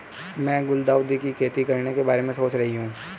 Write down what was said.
मैं गुलदाउदी की खेती करने के बारे में सोच रही हूं